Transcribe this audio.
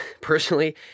Personally